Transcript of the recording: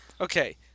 Okay